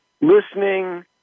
listening